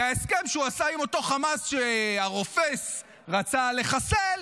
זה ההסכם שהוא עשה עם אותו חמאס שהרופס רצה לחסל,